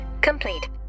complete